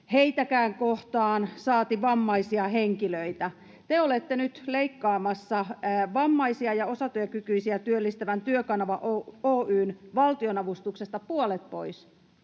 heitäkään kohtaan, saati vammaisia henkilöitä. Te olette nyt leikkaamassa vammaisia ja osatyökykyisiä työllistävän Työkanava Oy:n valtionavustuksesta puolet pois.